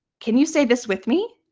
can you say this with me?